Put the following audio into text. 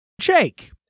Jake